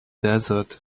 desert